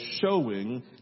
showing